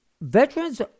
veterans